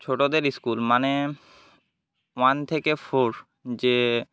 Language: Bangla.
ছোটোদের স্কুল মানে ওয়ান থেকে ফোর যে